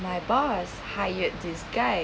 my boss hired this guy